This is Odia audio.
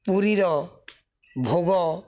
ପୁରୀର ଭୋଗ